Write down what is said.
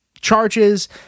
charges